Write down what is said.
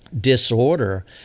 disorder